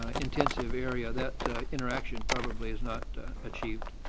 ah intensive area that interaction probably is not achieved.